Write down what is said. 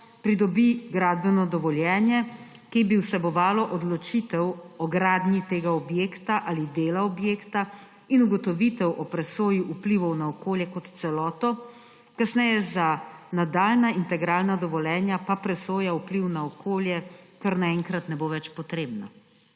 pridobi gradbeno dovoljenje, ki bi vsebovalo odločitev o gradnji tega objekta ali dela objekta in ugotovitev o presoji vplivov na okolje kot celoto, kasneje, za nadaljnja integralna dovoljenja pa presoja vplivov na okolje kar naenkrat ne bo več potrebna.